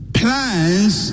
plans